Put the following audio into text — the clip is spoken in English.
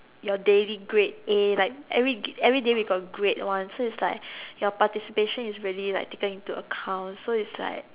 your daily grade a like everyday we got grade one so it's like your participation is really like taken into account so it's like